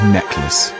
Necklace